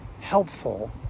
helpful